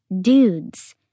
dudes